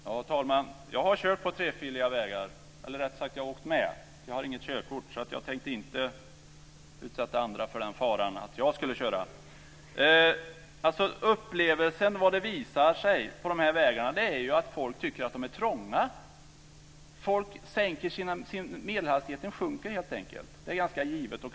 Fru talman! Jag har kört på trefiliga vägar, eller jag har rättare sagt åkt med. Jag har inget körkort. Jag tänker inte utsätta andra för den faran att jag skulle köra. Det visar sig att människor upplever att vägarna är trånga. Medelhastigheten sjunker helt enkelt. Det är ganska givet.